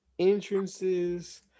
Entrances